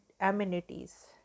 amenities